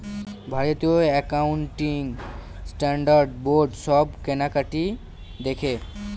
ভারতীয় accounting standard board সব কেনাকাটি দেখে